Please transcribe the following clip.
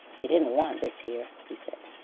you didn't want this here, he said.